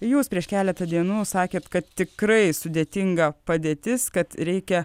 jūs prieš keletą dienų sakėt kad tikrai sudėtinga padėtis kad reikia